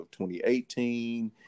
2018